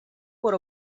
por